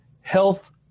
health